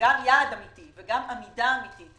אמיתי וגם עמידה אמיתית